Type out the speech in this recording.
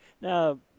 Now